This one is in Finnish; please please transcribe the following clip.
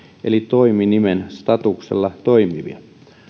eli toiminimen statuksella toimivia